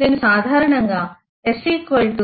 నేను సాధారణంగా sut½